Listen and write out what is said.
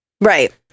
Right